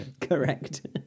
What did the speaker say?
correct